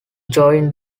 join